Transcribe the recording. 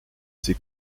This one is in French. c’est